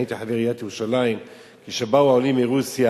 הייתי חבר עיריית ירושלים כשבאו העולים מרוסיה.